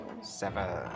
Seven